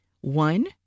One